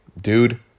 dude